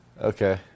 Okay